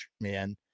man